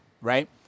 right